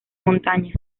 montaña